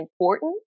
important